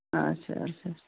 آچھا آچھا